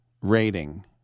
rating